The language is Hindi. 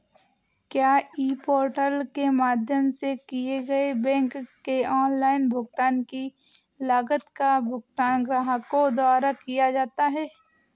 क्या ई पोर्टल के माध्यम से किए गए बैंक के ऑनलाइन भुगतान की लागत का भुगतान ग्राहकों द्वारा किया जाता है?